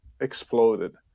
exploded